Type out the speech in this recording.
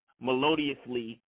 melodiously